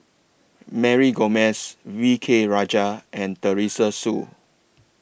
Mary Gomes V K Rajah and Teresa Hsu